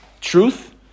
truth